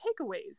takeaways